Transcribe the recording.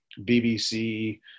BBC